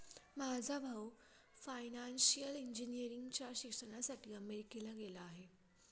माझा भाऊ फायनान्शियल इंजिनिअरिंगच्या शिक्षणासाठी अमेरिकेला गेला आहे